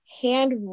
hand